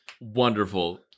Wonderful